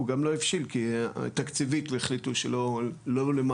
הוא גם לא הבשיל כי תקציבית החליטו שלא לממן